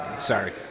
Sorry